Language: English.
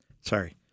Sorry